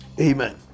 Amen